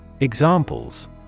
Examples